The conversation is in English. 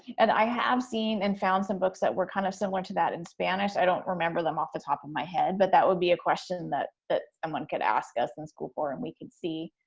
and i have seen and found some books that were kind of similar to that in spanish, i don't remember them off the top of my head. but that would be a question that that someone could ask us in school corps and we can see.